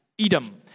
Edom